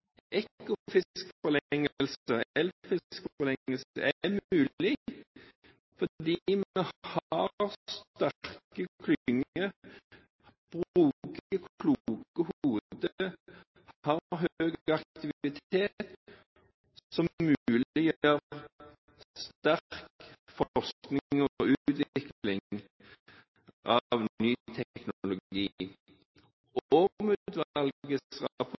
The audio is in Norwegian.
fordi vi har sterke klynger, bruker kloke hoder og har høy aktivitet, som muliggjør sterk forskning og utvikling av